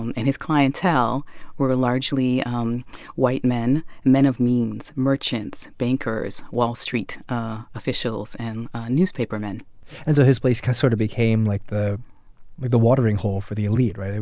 and his clientele were largely um white men, men of means, merchants, bankers, wall street officials and newspapermen and so his place sort of became like the the watering hole for the elite, right? ah